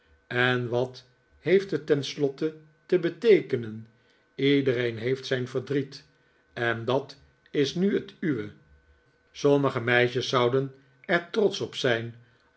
en wat heeft het tenslotte te beteekenen iedereen heeft zijn verdriet en dat is nu het uwe sommige meisjes zouden er trotsch op zijn